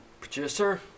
producer